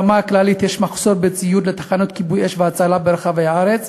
ברמה הכללית יש מחסור בציוד בתחנות כיבוי האש וההצלה ברחבי הארץ,